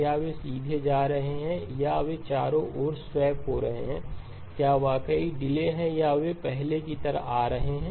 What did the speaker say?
क्या वे सीधे जा रहे हैं या वे चारों ओर स्वैप हो रहे हैं क्या कोई डिले है या वे पहले की तरह आ रहे हैं